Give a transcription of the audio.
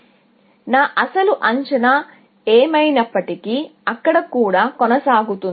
కాబట్టి ఏమైనప్పటికీ నా అసలు అంచనా అక్కడ కూడా కొనసాగుతుంది